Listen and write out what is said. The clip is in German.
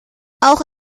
auch